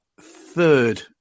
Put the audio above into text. third